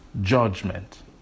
judgment